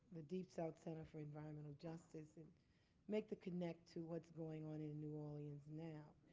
the deep south center for environmental justice and make the connect to what's going on in new orleans now.